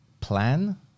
plan